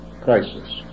crisis